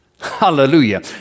Hallelujah